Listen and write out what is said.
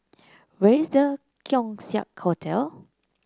where is The Keong Saik Hotel